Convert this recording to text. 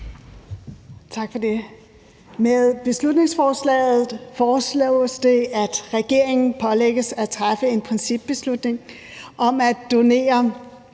Med beslutningsforslaget foreslås det, at regeringen pålægges at træffe en principbeslutning om at donere